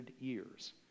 years